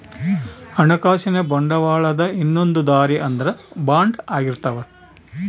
ಹಣಕಾಸಿನ ಬಂಡವಾಳದ ಇನ್ನೊಂದ್ ದಾರಿ ಅಂದ್ರ ಬಾಂಡ್ ಆಗಿರ್ತವ